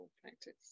practice